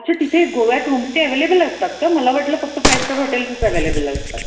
अच्छा तिथे गोव्यात होम स्टे अवेलेबल असतात का मला वाटलं फक्त फाय स्टार हॉटेल्सच अव्हेलेबल असतात